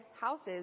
houses